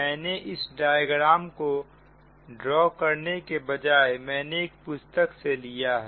मैंने इस डायग्राम को ड्रा करने के बजाए मैंने एक पुस्तक से लिया है